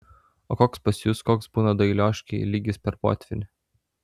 o koks pas jus koks būna dailioškėj lygis per potvynį